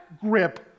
grip